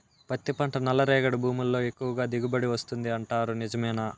పత్తి పంట నల్లరేగడి భూముల్లో ఎక్కువగా దిగుబడి వస్తుంది అంటారు నిజమేనా